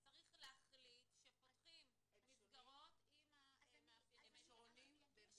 אז צריך להחליט שפותחים מסגרות עם המאפיינים ה --- הם